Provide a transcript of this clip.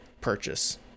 purchase